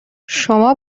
شما